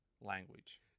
language